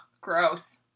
gross